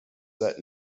set